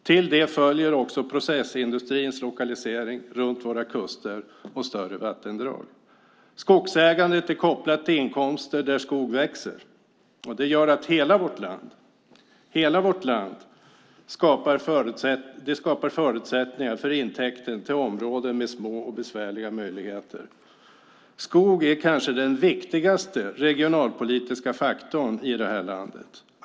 Till det kommer också processindustrins lokalisering runt våra kuster och större vattendrag. Skogsägandet är kopplat till inkomster där skog växer, och det gör att det i hela vårt land skapas förutsättningar för intäkter i områden med små och besvärliga möjligheter. Skog är kanske den viktigaste regionalpolitiska faktorn i detta land.